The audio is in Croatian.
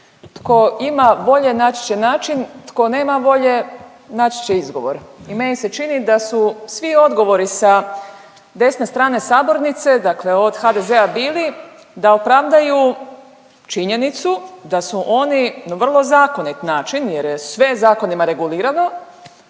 tko ima volje naći će način, tko nema volje naći će izgovor. I meni se čini da su svi odgovori sa desne strane sabornice, dakle od HDZ-a bili da opravdaju činjenicu da su oni na vrlo zakonit način jer je sve zakonima regulirano